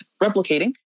replicating